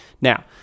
Now